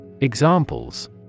Examples